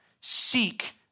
Seek